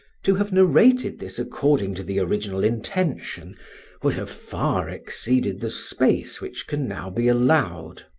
to have narrated this according to the original intention would have far exceeded the space which can now be allowed.